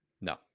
No